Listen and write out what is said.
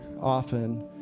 often